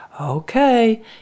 Okay